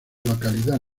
localidad